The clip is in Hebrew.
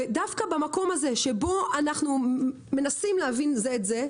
ודווקא במקום שבו אנחנו מנסים להבין זה את זה,